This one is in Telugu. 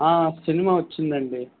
ఆ సినిమా వచ్చింది అండి